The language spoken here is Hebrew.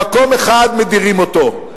במקום אחד מדירים אותם,